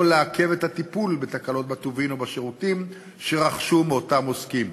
או לעכב את הטיפול בתקלות בטובין או בשירותים שרכשו מאותם עוסקים.